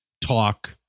talk